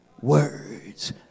words